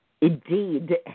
Indeed